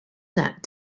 that